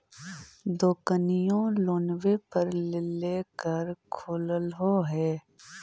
दोकनिओ लोनवे पर लेकर खोललहो हे?